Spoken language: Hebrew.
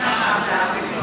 בשנה שעברה?